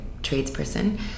tradesperson